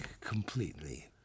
completely